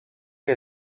que